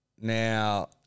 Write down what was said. Now